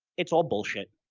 it's all bullshit.